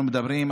אנחנו מדברים,